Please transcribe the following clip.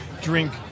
drink